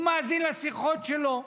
הוא מאזין לשיחות שלו,